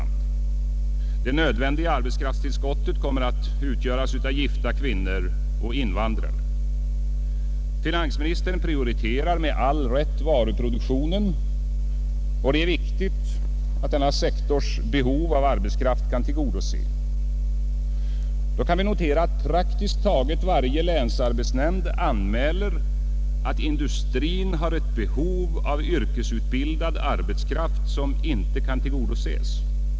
Det nödvändiga arbetskraftstillskottet kommer att utgöras av gifta kvinnor och invandrare. Finansministern prioriterar med all rätt varuproduktionen och det är viktigt att denna sektors behov av arbetskraft kan tillgodoses. Vi kan notera att praktiskt taget varje länsarbetsnämnd anmäler, att industrin har ett behov av yrkesutbildad arbetskraft som inte kan tillgodoses.